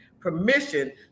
Permission